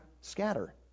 scatter